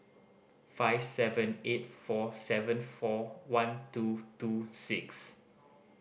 five seven eight four seven four one two two six